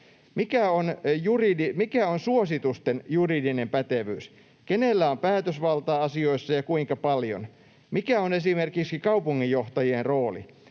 Mikä on suositusten juridinen pätevyys? Kenellä on päätösvaltaa asioissa ja kuinka paljon? Mikä on esimerkiksi kaupunginjohtajien rooli?